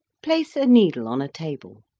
place a needle on a table.